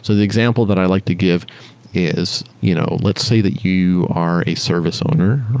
so the example that i like to give is you know let's say that you are a service owner,